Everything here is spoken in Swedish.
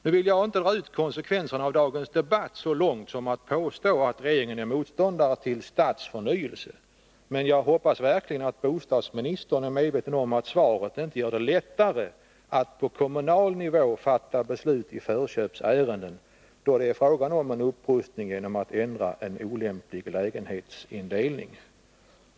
Nu vill jag inte dra ut konsekvenserna av dagens debatt så långt som att påstå att regeringen är motståndare till stadsförnyelse, men jag hoppas verkligen att bostadsministern är medveten om att svaret inte gör det lättare att på kommunal nivå fatta beslut i förköpsärenden, då det är fråga om en upprustning genom att en olämplig lägenhetsindelning ändras.